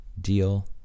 Deal